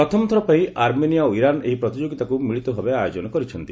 ପ୍ରଥମ ଥର ପାଇଁ ଆର୍ମେନିଆ ଓ ଇରାନ୍ ଏହି ପ୍ରତିଯୋଗିତାକୁ ମିଳିତ ଭାବେ ଆୟୋଜନ କରିଛନ୍ତି